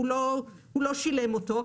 הוא לא שילם אותו.